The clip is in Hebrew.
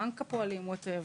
בנק הפועלים וכולי,